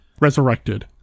Resurrected